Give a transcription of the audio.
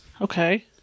Okay